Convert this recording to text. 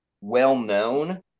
well-known